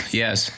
yes